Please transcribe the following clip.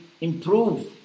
improve